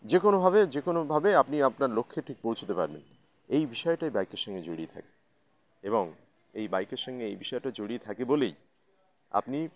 যে কোনোভাবে যে কোনোভাবে আপনি আপনার লক্ষ্যে ঠিক পৌঁছতে পারবেন এই বিষয়টাই বাইকের সঙ্গে জড়িয়ে থাকে এবং এই বাইকের সঙ্গে এই বিষয়টা জড়িয়ে থাকে বলেই আপনি